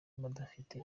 badafite